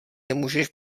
nemůžeš